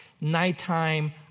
nighttime